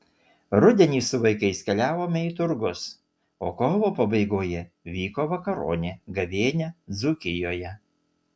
rudenį su vaikais keliavome į turgus o kovo pabaigoje vyko vakaronė gavėnia dzūkijoje